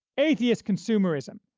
atheist consumerism,